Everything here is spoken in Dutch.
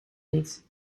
niet